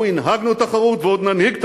אנחנו הנהגנו תחרות, ועוד ננהיג תחרות.